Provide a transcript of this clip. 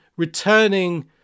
Returning